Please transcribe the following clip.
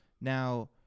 Now